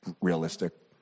realistic